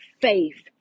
faith